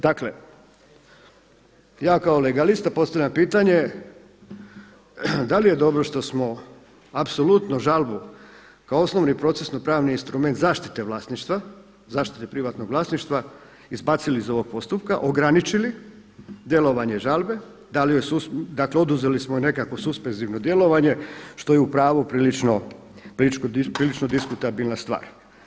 Dakle ja kao legalista postavljam pitanje da li je dobro što smo apsolutno žalbu kao osnovni procesno pravni instrument zaštite vlasništva, zaštite privatnog vlasništva izbacili iz ovog postupka, ograničili djelovanje žalbe, dakle oduzeli smo i nekakvo suspenzivno djelovanje što je u pravu prilično diskutabilna stvar.